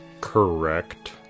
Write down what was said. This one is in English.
Correct